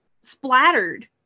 splattered